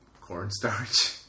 cornstarch